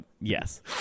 yes